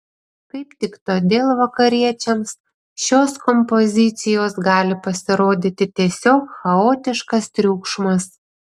kaip tik todėl vakariečiams šios kompozicijos gali pasirodyti tiesiog chaotiškas triukšmas